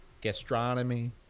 gastronomy